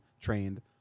trained